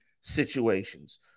situations